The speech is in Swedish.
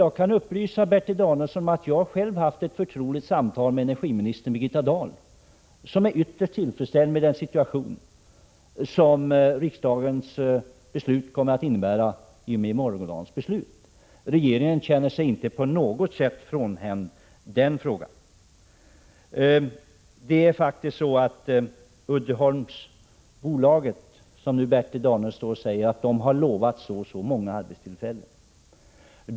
Jag kan upplysa Bertil Danielsson om att jag själv har haft ett förtroligt samtal med energiminister Birgitta Dahl, som är ytterst tillfredsställd med den situation som riksdagens beslut i morgon kommer att innebära. Regeringen känner sig inte på något sätt frånhänd den frågan. Bertil Danielsson säger att Uddeholmsbolaget har lovat så och så många arbetstillfällen.